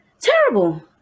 Terrible